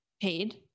paid